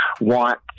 want